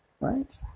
right